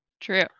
True